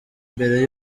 mbere